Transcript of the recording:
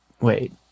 wait